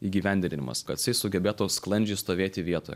įgyvendinimas kad jisai sugebėtų sklandžiai stovėti vietoje